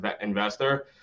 investor